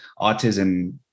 autism